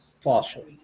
fossil